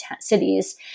cities